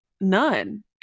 none